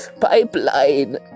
Pipeline